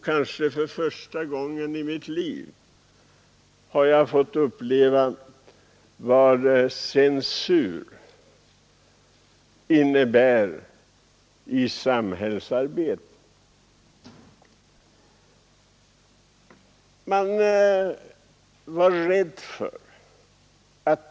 Kanske för första gången i mitt liv har jag fått uppleva vad censur i samhällsarbetet innebär.